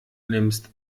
nimmst